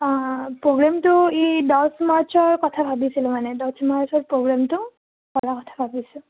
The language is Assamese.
প্ৰগ্ৰেমটো এই দছ মাৰ্চৰ কথা ভাবিছিলোঁ মানে দছ মাৰ্চত প্ৰগ্ৰেমটো কৰা কথা ভাবিছোঁ